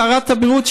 שרת הבריאות,